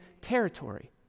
territory